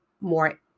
more